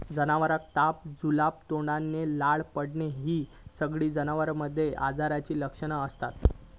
जनावरांका ताप, जुलाब, तोंडातना लाळ पडना हि सगळी जनावरांमध्ये आजाराची लक्षणा असत